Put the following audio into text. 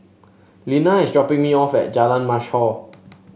Linna is dropping me off at Jalan Mashhor